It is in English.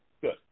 good